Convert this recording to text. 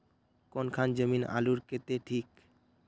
कौन खान जमीन आलूर केते ठिक?